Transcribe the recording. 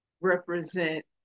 represent